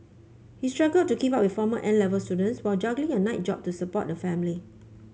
he struggled to keep up with former N Level students while juggling a night job to support the family